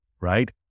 right